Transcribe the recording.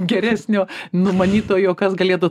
geresnio numanytojo kas galėtų